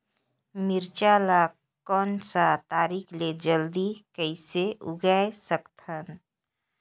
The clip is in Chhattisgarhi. मिरचा ला कोन सा तरीका ले जल्दी कइसे उगाय सकथन?